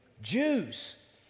Jews